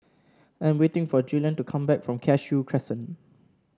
I am waiting for Julian to come back from Cashew Crescent